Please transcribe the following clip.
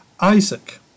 Isaac